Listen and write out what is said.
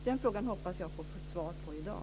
Den frågan hoppas jag att få svar på i dag.